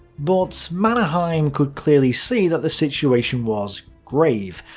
but mannerheim could clearly see that the situation was grave.